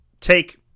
take